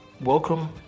welcome